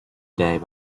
day